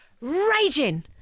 raging